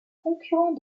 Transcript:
concurrent